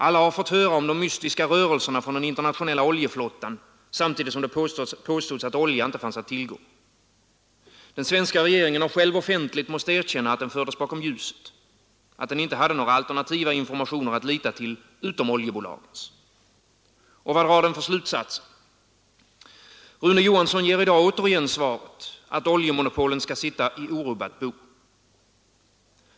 Alla har fått höra om de mystiska rörelserna från den internationella oljeflottan, samtidigt som det påstods att olja inte fanns att tillgå. Den svenska regeringen har själv offentligt måst erkänna att den fördes bakom ljuset, att den inte hade några alternativa informationer att lita till utom oljebolagens. Och vad drar den för slutsatser? Herr Rune Johansson ger i dag återigen svaret, att oljemonopolen skall sitta i orubbat bo.